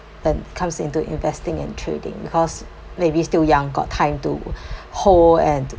when comes into investing and trading cause maybe still young got time to hold and to